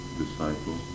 disciple